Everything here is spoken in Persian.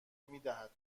میدهد